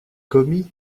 commis